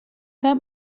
that